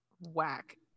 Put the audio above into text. whack